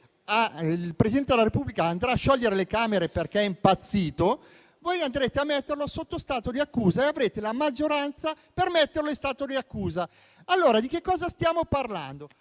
il Presidente della Repubblica andrà a sciogliere le Camere perché è impazzito, voi lo metterete in stato di accusa e avrete la maggioranza per farlo. Allora di che cosa stiamo parlando?